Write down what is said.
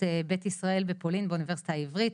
בית ישראל בפולין באוניברסיטה העברית.